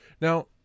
Now